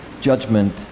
judgment